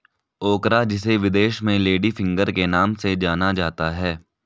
ओकरा जिसे विदेश में लेडी फिंगर के नाम से जाना जाता है